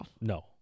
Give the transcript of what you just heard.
No